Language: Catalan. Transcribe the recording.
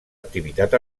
activitat